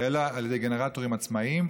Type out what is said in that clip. אלא על ידי גנרטורים עצמאיים.